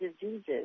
diseases